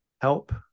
help